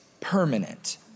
Permanent